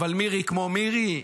אבל מירי כמו מירי,